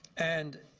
and